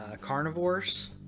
carnivores